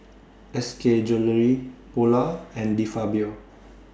S K Jewellery Polar and De Fabio